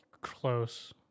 close